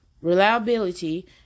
reliability